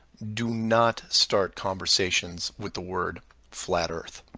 do not start conversations with the word flat earth